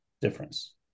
difference